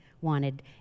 wanted